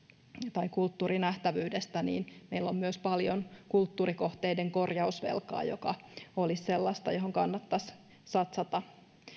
tai kulttuurinähtävyydestä niin meillä on myös paljon kulttuurikohteiden korjausvelkaa joka olisi sellaista johon kannattaisi satsata